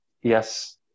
yes